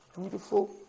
Beautiful